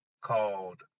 called